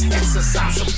exercise